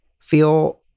feel